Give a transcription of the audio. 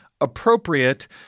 appropriate